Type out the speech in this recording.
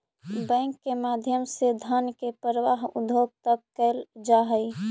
bank के माध्यम से धन के प्रवाह उद्योग तक कैल जा हइ